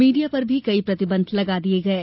media पर भी कई प्रतिबंध लगा दिये गये